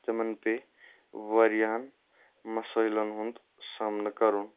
تِمن پے واریاہَن مسٲیِلَن ہُنٛد سامنہٕ کَرُن